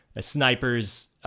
snipers